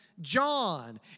John